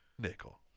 nickel